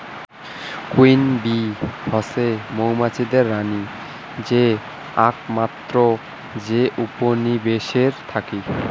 queen bee হসে মৌ মুচিদের রানী যে আকমাত্র যে উপনিবেশে থাকি